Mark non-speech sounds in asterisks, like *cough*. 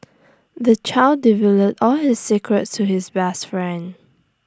the child *unintelligible* all his secrets to his best friend